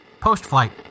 Post-flight